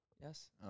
Yes